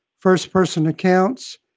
first-person accounts,